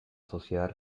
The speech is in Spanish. sociedad